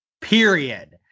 Period